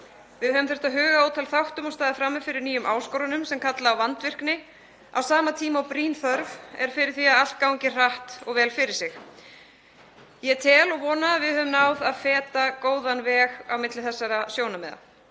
Við höfum þurft að huga að ótal þáttum og staðið frammi fyrir nýjum áskorunum sem kalla á vandvirkni á sama tíma og brýn þörf er fyrir það að allt gangi hratt fyrir sig. Ég tel að við höfum náð að feta góðan veg milli þessara sjónarmiða.